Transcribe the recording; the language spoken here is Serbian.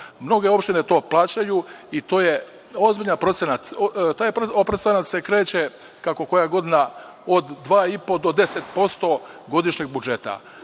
Mnoge opštine to plaćaju i to je ozbiljan procenat. Taj procenat se kreće, kako koja godina, od 2,5 do 10% godišnjeg budžeta.